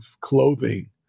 clothing